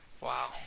Wow